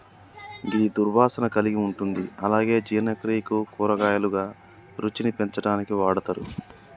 గిది దుర్వాసన కలిగి ఉంటుంది అలాగే జీర్ణక్రియకు, కూరగాయలుగా, రుచిని పెంచడానికి వాడతరు